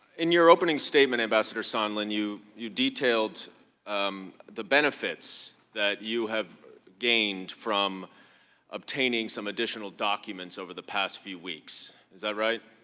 in your opening statement ambassador sondland, you you detailed um the benefits that you have gained from obtaining some additional documents over the past few weeks. is that right?